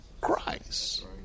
Christ